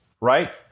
right